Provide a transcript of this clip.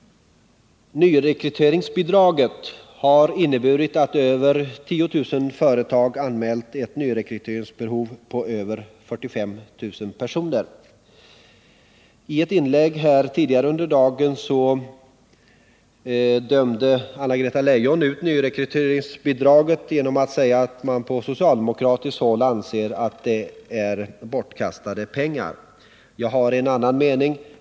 Nyrekryteringsbidraget har inneburit att över 10 000 företag anmält ett nyrekryteringsbehov på 45 000 personer. I ett inlägg här tidigare under dagen dömde Anna-Greta Leijon ut nyrekryteringsbidraget genom att säga att man på socialdemokratiskt håll anser att det är bortkastade pengar. Jag har en annan mening.